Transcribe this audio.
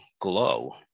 glow